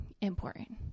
important